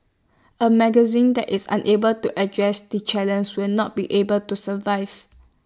A magazine that is unable to address the challenges will not be able to survive